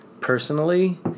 personally